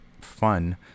fun